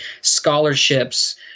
scholarships